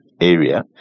area